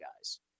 guys